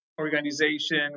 organization